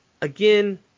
Again